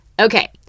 Okay